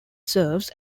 serves